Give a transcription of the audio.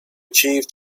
achieved